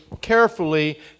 carefully